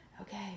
Okay